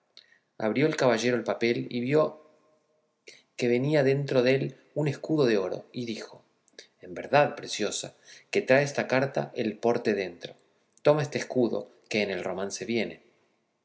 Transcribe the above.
abrió el caballero el papel y vio que venía dentro dél un escudo de oro y dijo en verdad preciosa que trae esta carta el porte dentro toma este escudo que en el romance viene